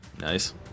Nice